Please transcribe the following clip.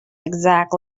exact